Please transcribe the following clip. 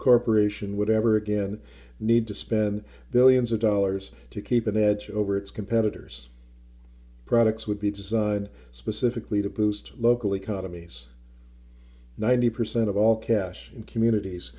corporation would ever again need to spend billions of dollars to keep an edge over its competitors products would be designed specifically to boost local economies ninety percent of all cash in communities